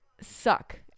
suck